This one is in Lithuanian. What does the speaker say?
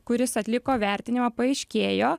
kuris atliko vertinimą paaiškėjo